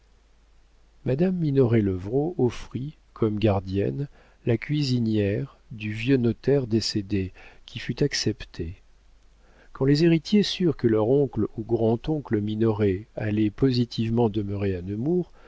madame minoret levrault offrit comme gardienne la cuisinière du vieux notaire décédé qui fut acceptée quand les héritiers surent que leur oncle ou grand-oncle minoret allait positivement demeurer à